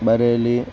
Bareilly